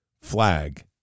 flag